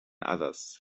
others